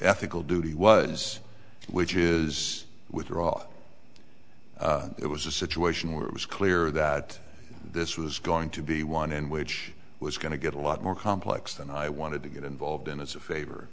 ethical duty was which is withdraw it was a situation where it was clear that this was going to be one in which was going to get a lot more complex than i wanted to get involved in as a favor